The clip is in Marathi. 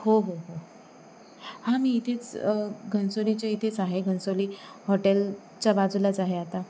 हो हो हो हा मी इथेच घनसोलीच्या इथेच आहे घनसोली हॉटेलच्या बाजूलाच आहे आता